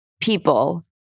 people